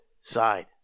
side